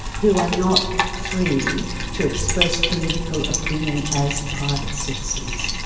who are not free to express political opinion as private citizens?